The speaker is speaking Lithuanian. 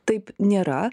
taip nėra